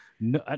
no